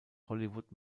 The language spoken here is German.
hollywood